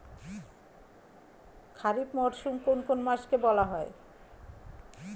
খারিফ মরশুম কোন কোন মাসকে বলা হয়?